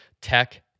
tech